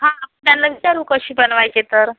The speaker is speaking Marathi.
हां त्यांना विचारू कसे बनवायचे तर